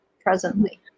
presently